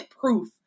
proof